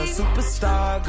superstar